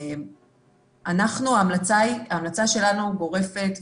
ההמלצה שלנו גורפת,